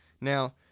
Now